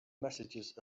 messages